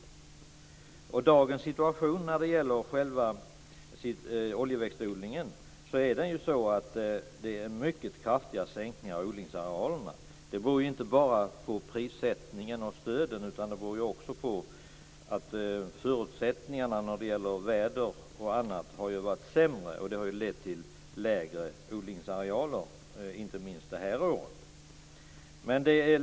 När det gäller dagens situation i fråga om oljeväxtodlingen är det mycket kraftiga minskningar av odlingsarealerna. Det beror inte bara på prissättningen och stöden. Det beror ju också på att förutsättningarna, när det gäller väder och annat, har varit sämre. Det har lett till minskade odlingsarealer, inte minst det här året.